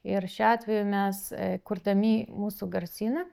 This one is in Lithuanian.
ir šiuo atveju mes kurdami mūsų garsyną